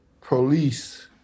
police